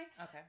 Okay